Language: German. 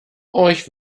euch